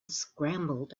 scrambled